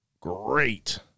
great